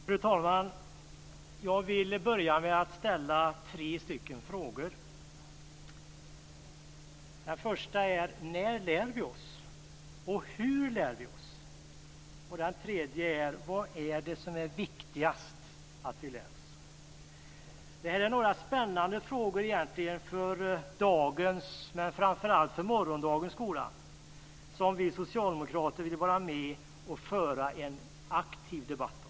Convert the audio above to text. Fru talman! Jag vill börja med att ställa tre frågor. Den första är: När lär vi oss? Den andra är: Hur lär vi oss? Och den tredje är: Vad är det som är viktigast att vi lär oss? Det är några spännande frågor för dagens men framför allt för morgondagens skola, som vi socialdemokrater vill vara med om att föra en aktiv debatt om.